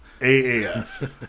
AAF